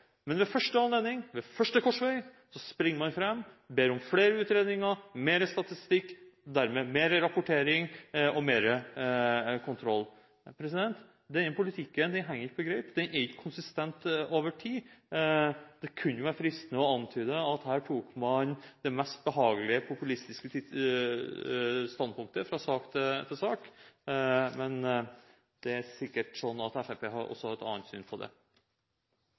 Men ved første anledning, ved første korsvei, springer man fram, ber om flere utredninger, mer statistikk og dermed mer rapportering og mer kontroll. Denne politikken henger ikke på greip, den er ikke konsistent over tid. Det kunne vært fristende å antyde at her tok man det mest behagelige, populistiske standpunktet fra sak til sak, men det er sikkert slik at Fremskrittspartiet har et annet syn på det.